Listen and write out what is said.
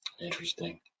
Interesting